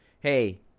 hey